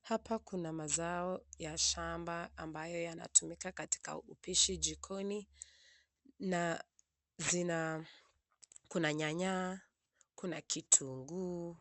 Hapa kuna mazao ya shamba ambayo yanatumika katika upishi jikoni na kuna nyanya, kuna vitunguu,